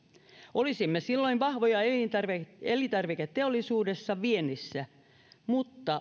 olisimme silloin vahvoja elintarviketeollisuuden viennissä mutta